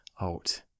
out